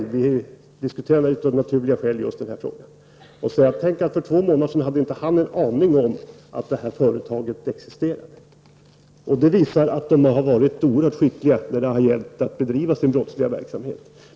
Vi diskuterade av naturliga skäl just den här frågan. Han sade att han för två månader sedan inte hade en aning om att företaget i fråga existerade. Detta visar att företaget har varit oerhört skickligt när det gällt att bedriva sin brottsliga verksamhet.